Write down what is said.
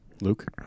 Luke